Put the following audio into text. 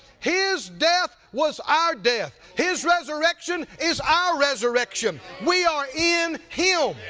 his death was our death. his resurrection is our resurrection. we are in him.